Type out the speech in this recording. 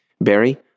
Barry